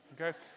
okay